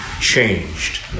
changed